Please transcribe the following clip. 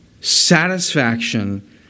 satisfaction